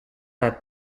that